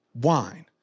wine